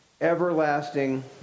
everlasting